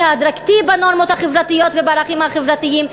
ההדרגתי בנורמות החברתיות ובערכים החברתיים.